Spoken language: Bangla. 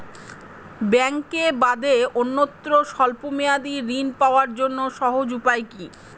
ব্যাঙ্কে বাদে অন্যত্র স্বল্প মেয়াদি ঋণ পাওয়ার জন্য সহজ উপায় কি?